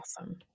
awesome